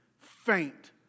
faint